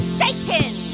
satan